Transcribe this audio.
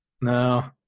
No